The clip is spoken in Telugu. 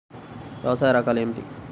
వ్యవసాయ రకాలు ఏమిటి?